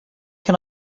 can